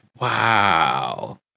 wow